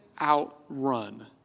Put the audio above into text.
outrun